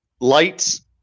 lights